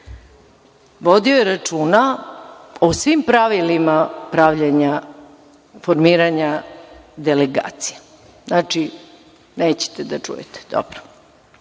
Vodio je računa o svim pravilima pravljenja, formiranja delegacija. Znači, nećete da čujete. Dobro.